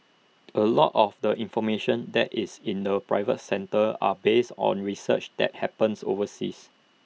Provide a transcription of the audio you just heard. A lot of the information that is in the private centres are based on research that happens overseas